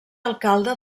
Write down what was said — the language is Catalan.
alcalde